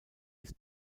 ist